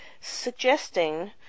suggesting